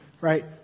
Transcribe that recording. right